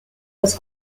was